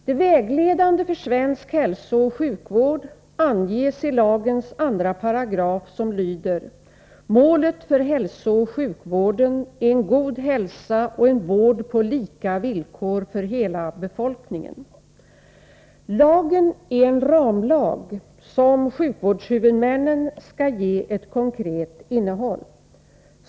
Det vägledande för svensk hälsooch sjukvård anges i lagens 2 § som lyder: ”Miålet för hälsooch sjukvården är en god hälsa och en vård på lika villkor för hela befolkningen.” Lagen är en ramlag som sjukvårdshuvudmännen skall ge ett konkret innehåll.